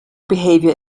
behavior